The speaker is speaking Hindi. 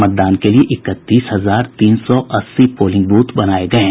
मतदान के लिये इकतीस हजार तीन सौ अस्सी पोलिंग ब्रथ बनाये गये हैं